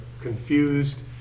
confused